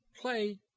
play